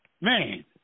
Man